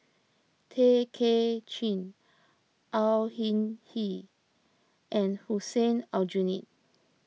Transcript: Tay Kay Chin Au Hing Yee and Hussein Aljunied